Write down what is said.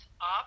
up